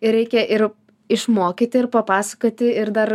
ir reikia ir išmokyti ir papasakoti ir dar